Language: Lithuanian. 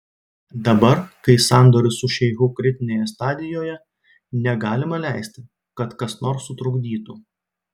dabar kai sandoris su šeichu kritinėje stadijoje negalima leisti kad kas nors sutrukdytų